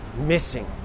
missing